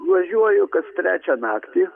važiuoju kas trečią naktį